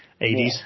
80s